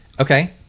Okay